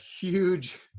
huge